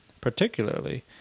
particularly